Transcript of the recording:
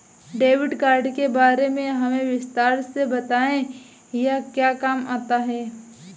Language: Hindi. डेबिट कार्ड के बारे में हमें विस्तार से बताएं यह क्या काम आता है?